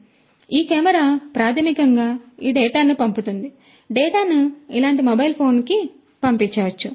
కాబట్టి ఈ కెమెరా ప్రాథమికంగా ఈ డేటాను పంపుతుంది ఈ డేటాను ఇలాంటి మొబైల్ ఫోన్కు పంపవచ్చు